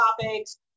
topics